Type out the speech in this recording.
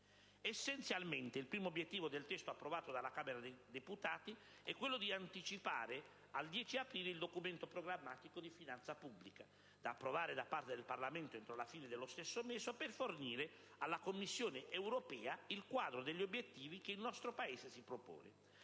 Essenzialmente il primo obiettivo del testo approvato dalla Camera dei deputati è quello di anticipare al 10 aprile la presentazione del documento programmatico di finanza pubblica, da approvare da parte del Parlamento entro la fino dello stesso mese per fornire alla Commissione europea il quadro degli obiettivi che il nostro Paese si propone.